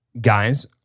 guys